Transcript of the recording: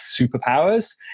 superpowers